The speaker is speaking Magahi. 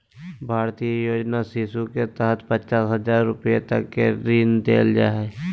भारतीय योजना शिशु के तहत पचास हजार रूपया तक के ऋण दे हइ